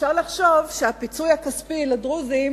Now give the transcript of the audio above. אפשר לחשוב שהפיצוי הכספי לדרוזים,